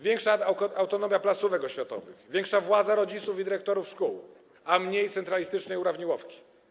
Większa autonomia placówek oświatowych, większa władza rodziców i dyrektorów szkół, a mniej centralistycznej urawniłowki.